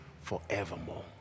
forevermore